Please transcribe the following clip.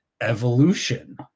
evolution